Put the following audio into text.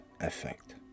effect